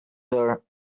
there